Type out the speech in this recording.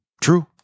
True